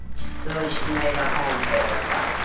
so she made a home for so